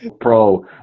pro